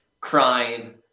crying